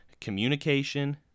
Communication